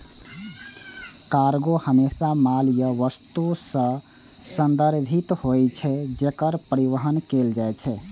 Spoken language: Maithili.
कार्गो हमेशा माल या वस्तु सं संदर्भित होइ छै, जेकर परिवहन कैल जाइ छै